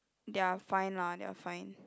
they are fine lah they are fine